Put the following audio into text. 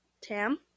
Tam